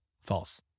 false